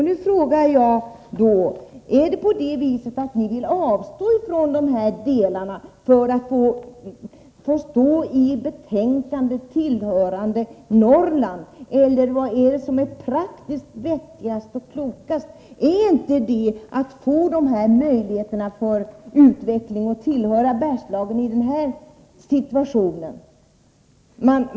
Nu frågar jag: Vill ni avstå från dessa delar för att i betänkandet få stå såsom tillhörande Norrland? Vad är det som är praktiskt, vettigt och klokast? Är det inte att ni får dessa möjligheter till utveckling, dvs. i det här läget hänförs till Bergslagen?